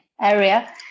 area